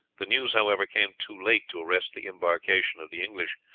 the news, however, came too late to arrest the embarkation of the english.